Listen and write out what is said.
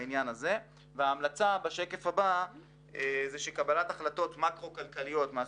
מומלץ כי קבלת החלטות מאקרו כלכליות,